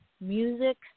music